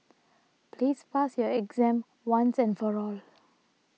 please pass your exam once and for all